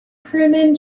crewmen